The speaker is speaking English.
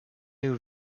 new